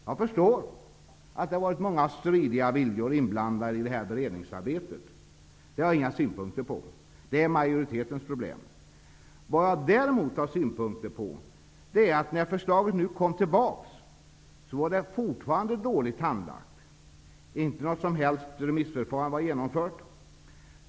Jag förstår att det har varit många stridiga viljor inblandade i detta beredningsarbete. Det har jag inga synpunkter på. Det är majoritetens problem. Vad jag däremot har synpunkter på är att när förslaget nu kom tillbaka var det fortfarande dåligt handlagt. Inte något som helst remissförfarande var genomfört.